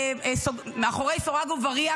מאחורי סורג ובריח,